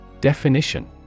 Definition